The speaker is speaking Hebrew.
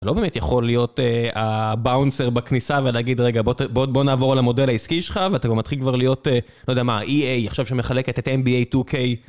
לא באמת יכול להיות הבאונסר בכניסה ולהגיד, רגע, בוא נעבור על המודל העסקי שלך, ואתה מתחיל כבר להיות לא יודע מה EA עכשיו שמחלקת את NBA 2K